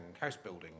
house-building